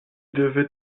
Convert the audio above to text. devait